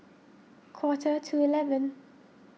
quarter to eleven